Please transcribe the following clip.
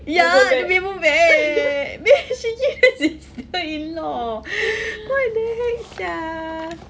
ya the paper bag then she give the sister-in-law what the heck sia